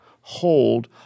hold